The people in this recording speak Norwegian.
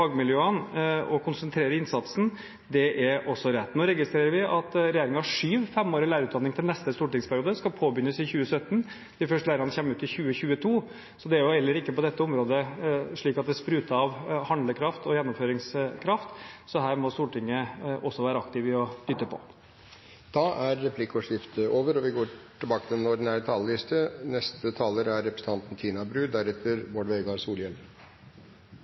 fagmiljøene og konsentrere innsatsen. Det er også rett. Nå registrerer vi at regjeringen skyver femårig lærerutdanning til neste stortingsperiode. Den skal påbegynnes i 2017, de første lærerne kommer ut i 2022, så det er heller ikke på dette området slik at det spruter av handlekraft og gjennomføringskraft. Så her må Stortinget også være aktiv i å dytte på. Replikkordskiftet er omme. Norge er annerledeslandet i Europa. Mens våre naboland fortsatt sliter med høy arbeidsledighet og svak økonomisk vekst, har vi lav ledighet og god vekst. Men status quo er